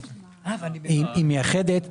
היא מייחדת,